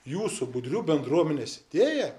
jūsų budrių bendruomenės idėja